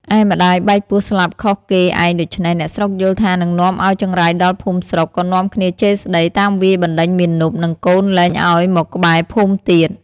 ឯម្ដាយបែកពោះស្លាប់ខុសគេឯងដូច្នេះ អ្នកស្រុកយល់ថានឹងនាំឲ្យចង្រៃដល់ភូមិស្រុក ក៏នាំគ្នាជេរស្ដី តាមវាយបណ្ដេញមាណព និងកូនលែងឲ្យមកក្បែរភូមិទៀត។